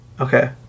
okay